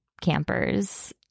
campers